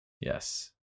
Yes